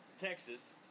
Texas